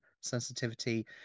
sensitivity